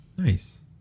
Nice